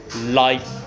life